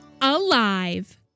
alive